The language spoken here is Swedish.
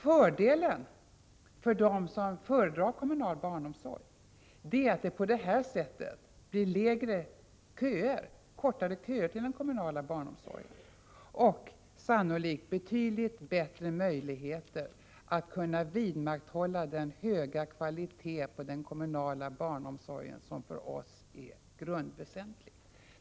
Fördelen för dem som föredrar kommunal barnomsorg är att det på detta sätt blir kortare köer till den kommunala barnomsorgen och, sannolikt, betydligt bättre möjligheter att kunna vidmakthålla den höga kvalitet på den kommunala barnomsorgen som för oss är så väsentlig.